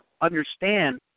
understand